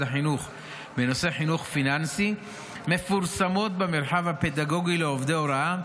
החינוך בנושא חינוך פיננסי מפורסמות במרחב הפדגוגי לעובדי הוראה,